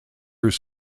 are